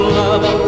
love